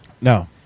No